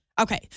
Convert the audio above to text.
Okay